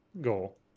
goal